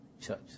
church